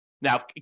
Now